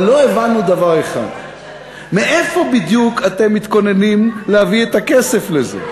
אבל לא הבנו דבר אחד: מאיפה בדיוק אתם מתכוננים להביא את הכסף לזה?